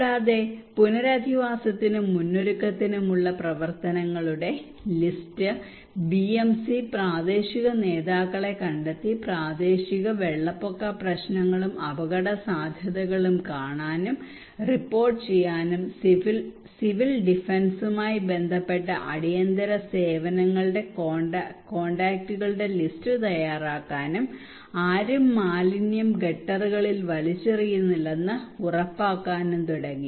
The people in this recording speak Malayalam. കൂടാതെ പുനരധിവാസത്തിനും മുന്നൊരുക്കത്തിനുമുള്ള പ്രവർത്തനങ്ങളുടെ ലിസ്റ്റ് ബിഎംസി പ്രാദേശിക നേതാക്കളെ കണ്ടെത്തി പ്രാദേശിക വെള്ളപ്പൊക്ക പ്രശ്നങ്ങളും അപകടസാധ്യതകളും കാണാനും റിപ്പോർട്ട് ചെയ്യാനും സിവിൽ ഡിഫൻസുമായി ബന്ധപ്പെട്ട അടിയന്തര സേവനങ്ങളുടെ കോൺടാക്റ്റുകളുടെ ലിസ്റ്റ് തയ്യാറാക്കാനും ആരും മാലിന്യം ഗട്ടറുകളിൽ വലിച്ചെറിയുന്നില്ലെന്ന് ഉറപ്പാക്കാനും തുടങ്ങി